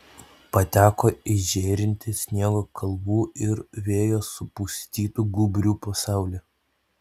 pateko į žėrintį sniego kalvų ir vėjo supustytų gūbrių pasaulį